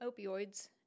opioids